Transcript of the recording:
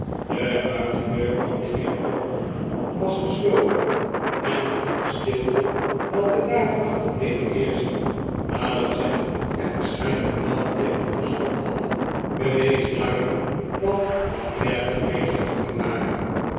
de buitendeur van den heer perker was gesloten en de diepe stilte welke daarachter bleef heerschen nadat sam er verscheidene malen tegen geschopt had bewees duidelijk dat de klerken reeds vertrokken waren